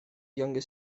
younger